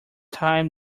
time